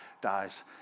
dies